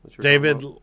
David